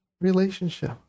Relationship